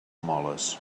moles